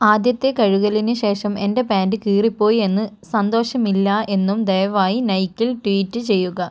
ആദ്യത്തെ കഴുകലിന് ശേഷം എൻ്റെ പാന്റ് കീറിപ്പോയി എന്ന് സന്തോഷമില്ല എന്നും ദയവായി നൈക്കിൽ ട്വീറ്റ് ചെയ്യുക